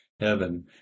heaven